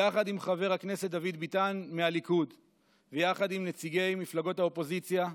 יחד עם חבר כנסת דוד ביטן מהליכוד ויחד עם נציגי מפלגות האופוזיציה,